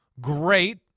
great